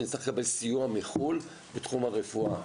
נצטרך לקבל סיוע מחו"ל בתחום הרפואה.